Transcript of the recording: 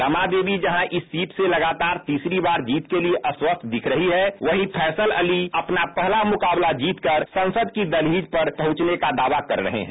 रमा देवी जहां इस सीट से लगातार तीसरी बार जीत के लिए आश्वस्त दिख रही हैं वहीं फैसल अली अपना पहला मुकाबला जीतकर संसद की दहलीज तक पहुंचने के दावे कर रहे हैं